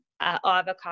avocado